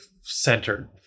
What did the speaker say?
centered